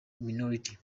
minority